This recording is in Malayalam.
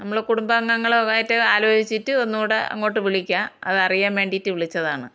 നമ്മൾ കുടുംബാംഗങ്ങളുമായിട്ട് ആലോചിച്ചിട്ട് ഒന്നു കൂടെ അങ്ങോട്ട് വിളിക്കാം അത് അറിയാന് വേണ്ടിട്ട് വിളിച്ചതാണ്